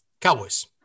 Cowboys